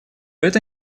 это